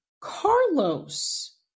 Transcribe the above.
Carlos